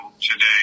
today